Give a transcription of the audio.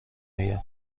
آیم